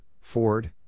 Ford